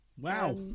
Wow